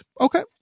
Okay